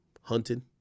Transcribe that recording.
hunting